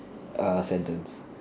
uh sentence